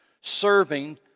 serving